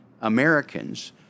Americans